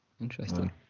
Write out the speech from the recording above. Interesting